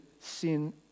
sin